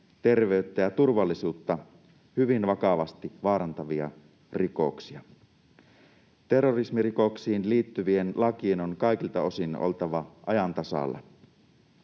terveyttä ja turvallisuutta hyvin vakavasti vaarantavia rikoksia. Terrorismirikoksiin liittyvien lakien on kaikilta osin oltava ajan tasalla.